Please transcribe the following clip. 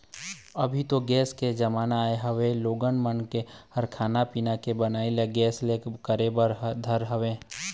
अभी तो गेस के जमाना आय हवय लोगन मन ह खाना पीना के बनई ल गेस ले करे बर धरे हवय